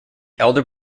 elder